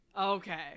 okay